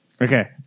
Okay